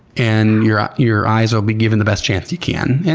and your your eyes will be given the best chance you can. and